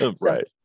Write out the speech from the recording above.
Right